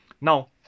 Now